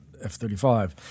F-35